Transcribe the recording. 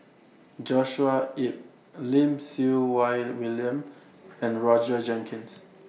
Joshua Ip Lim Siew Wai William and Roger Jenkins